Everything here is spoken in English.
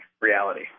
reality